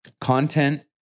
content